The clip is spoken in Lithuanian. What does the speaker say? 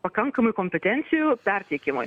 pakankamai kompetencijų perteikimui